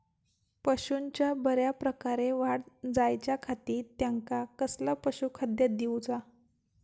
पशूंची बऱ्या प्रकारे वाढ जायच्या खाती त्यांका कसला पशुखाद्य दिऊचा?